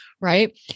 right